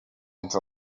into